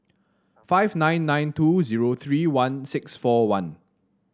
five nine nine two zero three one six four one